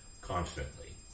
constantly